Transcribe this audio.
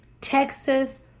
Texas